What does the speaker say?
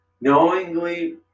knowingly